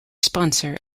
sponsor